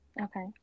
Okay